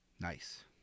Nice